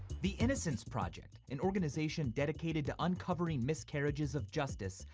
the innocence project, an organization dedicated to uncovering miscarriages of justice,